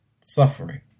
suffering